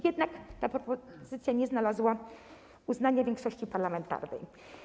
Jednak ta propozycja nie znalazła uznania większości parlamentarnej.